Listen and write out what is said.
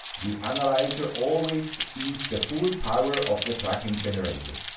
the analyzer always sees the full power of the tracking generator.